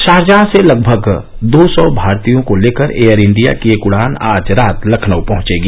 Sharjah से लगभग दो सौ भारतीयों को लेकर एयर इंडिया की एक उड़ान आज रात लखनऊ पहुंचेगी